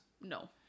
No